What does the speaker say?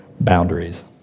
boundaries